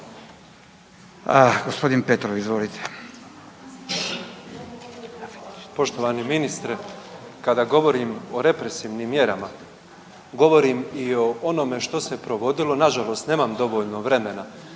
Gospodin Petrov, izvolite.